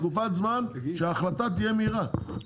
תקופת זמן שההחלטה תהיה מהירה.